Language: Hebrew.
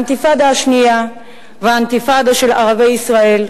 האינתיפאדה השנייה והאינתיפאדה של ערביי ישראל,